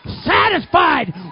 satisfied